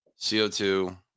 co2